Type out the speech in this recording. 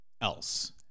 else